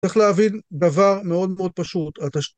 צריך להבין דבר מאוד מאוד פשוט.